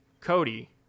Cody